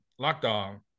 lockdown